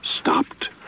Stopped